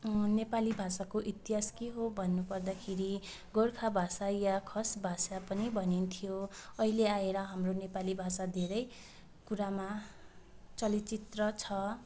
नेपाली भाषाको इतिहास के हो भन्नु पर्दाखेरि गोर्खा भाषा वा खस भाषा पनि भनिन्थ्यो अहिले आएर हाम्रो नेपाली भाषा धेरै कुरामा चलचित्र छ